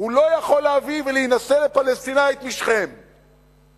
הוא לא יכול להביא פלסטינית משכם ולהינשא לה.